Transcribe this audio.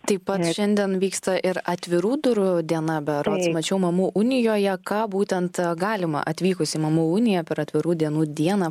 taip pat šiandien vyksta ir atvirų durų diena berods mačiau mamų unijoje ką būtent galima atvykus į mamų uniją per atvirų dienų dieną